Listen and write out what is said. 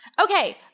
Okay